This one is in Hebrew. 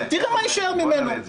תראה מה יישאר ממנו.